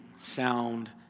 sound